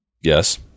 Yes